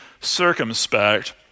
circumspect